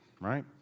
right